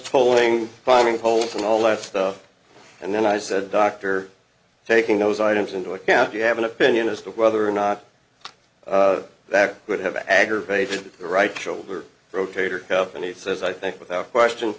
tolling finding holes in all that stuff and then i said doctor taking those items into account do you have an opinion as to whether or not that would have aggravated the right shoulder rotator cuff and he says i think without question